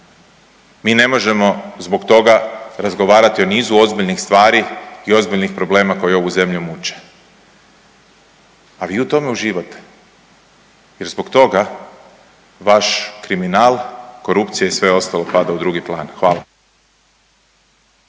Mi ne možemo zbog toga razgovarati o nizu ozbiljnih stvari i ozbiljnih problema koju ovu zemlju muče, a vi u tome uživate jer zbog toga vaš kriminal, korupcija i sve ostalo pada u drugi plan. Hvala.